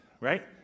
Right